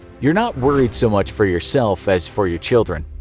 you're not worried so much for yourself as for your children.